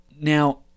Now